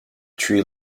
tree